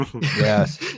Yes